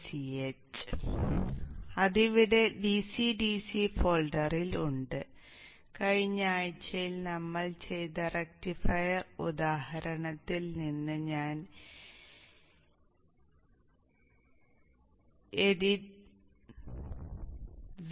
sch അതിവിടെ DC DC ഫോൾഡറിൽ ഉണ്ട് കഴിഞ്ഞ ആഴ്ചയിൽ നമ്മൾ ചെയ്ത റക്റ്റിഫയർ ഉദാഹരണത്തിൽ നിന്ന് ഞാൻ edt01